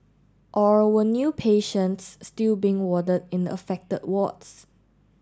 or were new patients still being warded in affected wards